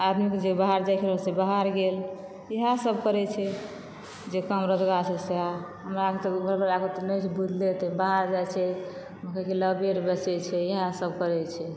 आदमीके जे बाहर जायके रहल से बाहर गेल इएह सब करै छै जे काम रोजगार छै सएह हमरा आरके तऽ घरबलाकऽ तऽ नै बुझले छै बहार जाय छै मकइके लबे आर बेचै छै इएह सब करै छै